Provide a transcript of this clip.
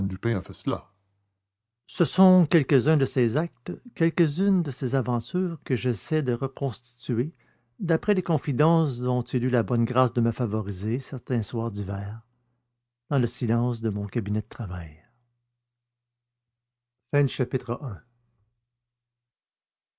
a fait cela ce sont quelques-uns de ces actes quelques-unes de ces aventures que j'essaie de reconstituer d'après les confidences dont il eut la bonne grâce de me favoriser certains soirs d'hiver dans le silence de mon cabinet de travail